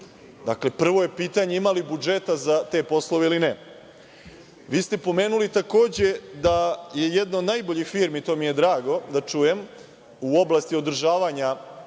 Dakle, prvo je pitanje ima li budžeta za te poslove ili nema? Pomenuli ste, takođe, da je jedna od najboljih firmi, to mi je drago da čujem, u oblasti održavanja